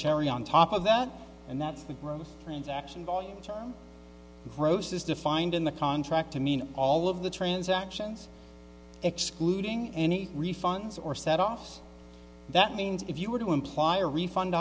cherry on top of that and that's the room transaction value chart gross is defined in the contract to mean all of the transactions excluding any refunds or set offs that means if you were to imply a refund